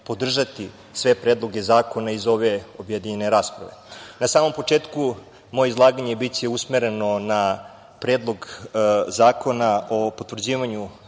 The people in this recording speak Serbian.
podržati sve predloge zakona iz ove objedinjene rasprave. Na samom početku moje izlaganje biće usmereno na Predlog zakona o potvrđivanju